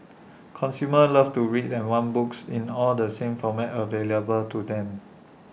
consumers loves to read and want books in all the same formats available to them